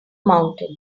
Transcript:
mountain